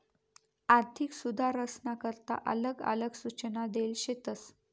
आर्थिक सुधारसना करता आलग आलग सूचना देल शेतस